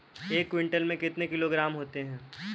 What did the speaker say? एक क्विंटल में कितने किलोग्राम होते हैं?